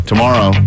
Tomorrow